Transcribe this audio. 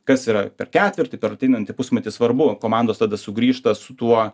kas yra per ketvirtį per ateinantį pusmetį svarbu komandos tada sugrįžta su tuo